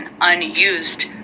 unused